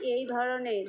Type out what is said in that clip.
এই ধরনের